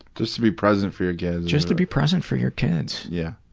just to be present for your kids. just to be present for your kids. yeah.